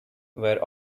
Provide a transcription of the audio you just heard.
where